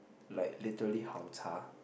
like literally 好茶: hao cha